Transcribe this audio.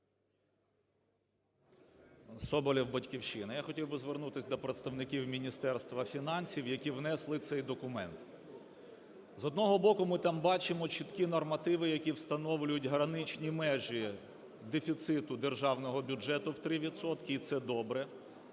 Соболєв, "Батьківщина". Я хотів би звернутись до представників Міністерства фінансів, які внесли цей документ. З одного боку, ми там бачимо чіткі нормативи, які встановлюють граничні межі дефіциту Державного бюджету в 3 відсотки, і це добре.